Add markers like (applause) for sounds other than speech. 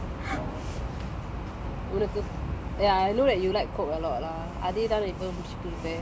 (laughs) அதுல ரொம்ப:athula romba sugar இருக்கு:irukku